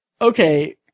okay